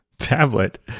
tablet